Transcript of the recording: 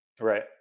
Right